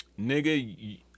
Nigga